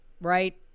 Right